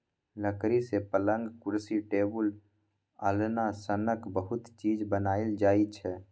लकड़ी सँ पलँग, कुरसी, टेबुल, अलना सनक बहुत चीज बनाएल जाइ छै